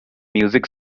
music